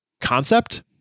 concept